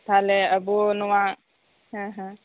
ᱛᱟᱞᱦᱮ ᱟᱵᱚ ᱱᱚᱣᱟ ᱦᱮᱸ ᱦᱮᱸ